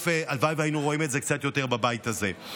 הלוואי שהיינו רואים את זה קצת יותר בבית הזה.